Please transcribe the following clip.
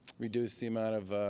reduced the amount of